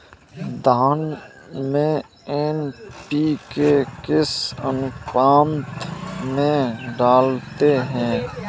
धान में एन.पी.के किस अनुपात में डालते हैं?